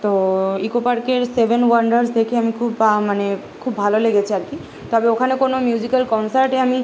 তো ইকো পার্কের seven wonders দেখে আমি খুব বা মানে খুব ভালো লেগেছে আর কি তবে ওখানে কোনো মিউজিক্যাল কনসার্টে আমি